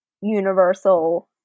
universal